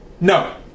No